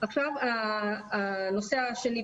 עכשיו הנושא השני.